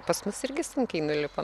pas mus irgi sunkiai nulipa